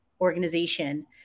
Organization